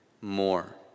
more